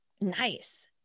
nice